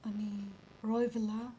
अनि रोई भिल्ला